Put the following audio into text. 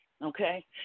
Okay